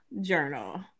Journal